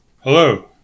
Hello